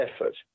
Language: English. effort